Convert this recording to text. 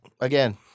again